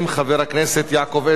חבר הכנסת יעקב אדרי,